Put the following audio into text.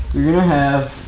you're gonna have